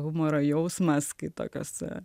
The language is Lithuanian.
humoro jausmas kai tokios